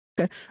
Okay